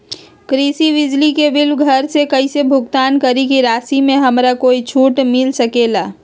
कृषि बिजली के बिल घर से कईसे भुगतान करी की राशि मे हमरा कुछ छूट मिल सकेले?